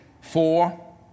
Four